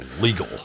legal